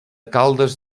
caldes